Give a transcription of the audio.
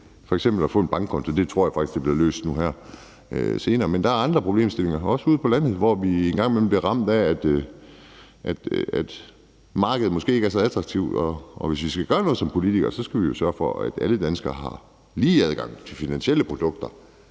f.eks. at få en bankkonto. Det tror jeg faktisk bliver løst her senere. Men der er andre problemstillinger, også ude på landet, hvor vi en gang imellem bliver ramt af, at markedet måske ikke er så attraktivt. Og hvis vi skal gøre noget som politikere, skal vi jo sørge for, at alle danskere har lige adgang til finansielle produkter.